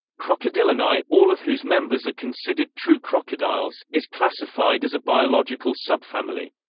crocodylinae, all of whose members are considered true crocodiles, is classified as a biological subfamily.